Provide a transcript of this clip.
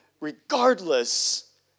regardless